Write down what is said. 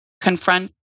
confront